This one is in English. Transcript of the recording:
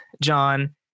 John